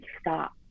stop